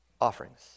offerings